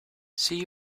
see